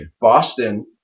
Boston